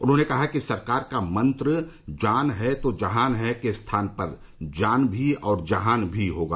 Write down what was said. उन्होंने कहा कि सरकार का मंत्र जान है तो जहान है के स्थान पर जान भी और जहान भी होगा